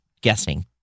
guessing